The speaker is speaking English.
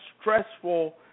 stressful